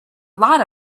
lot